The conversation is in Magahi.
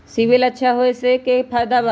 सिबिल अच्छा होऐ से का फायदा बा?